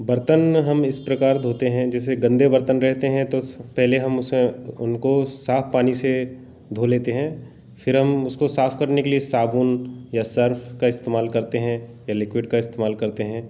बर्तन हम इस प्रकार धोते हैं जैसे गंदे बर्तन रहते हैं तो पहले हम उसे उनको साफ पानी से धो लेते हैं फिर हम उसको साफ करने के लिए साबुन या सर्फ का इस्तेमाल करते हैं या लिक्विड का इस्तेमाल करते हैं